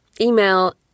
email